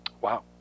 Wow